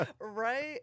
Right